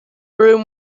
room